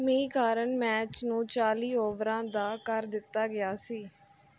ਮੀਂਹ ਕਾਰਨ ਮੈਚ ਨੂੰ ਚਾਲੀ ਓਵਰਾਂ ਦਾ ਕਰ ਦਿੱਤਾ ਗਿਆ ਸੀ